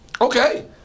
Okay